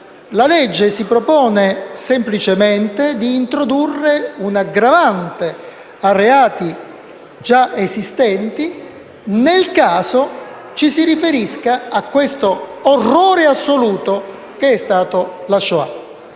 Esso si propone semplicemente di introdurre un'aggravante a reati già esistenti nel caso ci si riferisca a questo orrore assoluto, che è stato la Shoah.